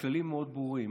הכללים מאוד ברורים.